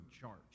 charge